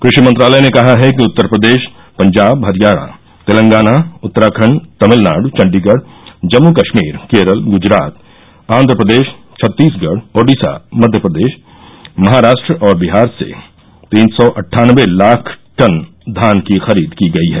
कृषि मंत्रालय ने कहा है कि उत्तर प्रदेश पंजाब हरियाणा तेलंगाना उत्तराखंड तमिलनाडु चंडीगढ़ जम्मू कश्मीर केरल ग्जरात आंध्र प्रदेश छत्तीसगढ़ ओडिशा मध्य प्रदेश महाराष्ट्र और बिहार से तीन सौ अट्ठानबे लाख टन धान की खरीद की गई है